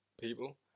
people